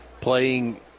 playing